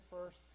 first